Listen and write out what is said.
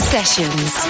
Sessions